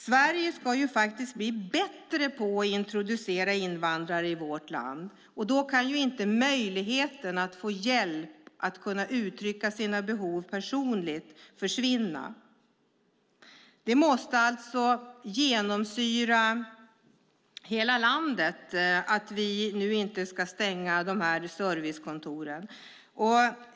Sverige ska faktiskt bli bättre på att introducera invandrare i vårt land, och då kan inte möjligheten att få hjälp och att få uttrycka sina behov personligen försvinna. Att vi nu inte ska stänga dessa servicekontor måste alltså genomsyra hela landet.